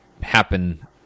happen